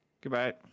Goodbye